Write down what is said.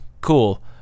cool